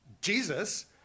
Jesus